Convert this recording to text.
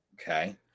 Okay